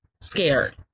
scared